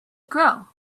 grow